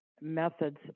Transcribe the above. methods